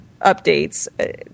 updates